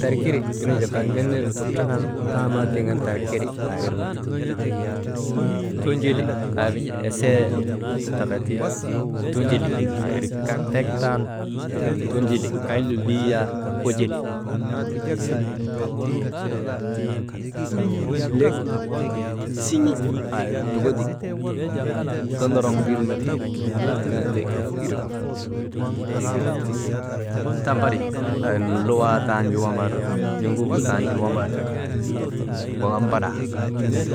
Tarkiri irnu jaa kaŋgin ner lutok trakan taamaa tiŋ an tarkiri aa irnu ti, tunjuli aa irnu esee taka ti tunjuli aa iri tek tan tunjuli aa iri kay lolii yan unjuli lek siŋe aa irgu dogodik dondoroŋ mbir melek tik an lek iregu ti, tambari aa irnu luwaa tanju wambari, n̰oguk gu tanju wambari waŋ an wamabar anin ti,